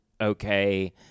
okay